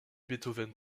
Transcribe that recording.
beethoven